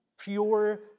pure